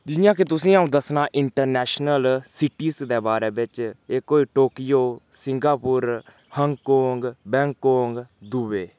जि'यां कि तुसेंगी अ'ऊं दस्सना इन्टरनेशनल सिटीस दे बारै बिच्च इक होई Tokyo Singapore Hong Kong Bangkok Dubai